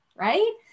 right